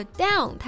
down